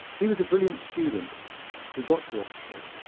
he was a brilliant student who got to oxford.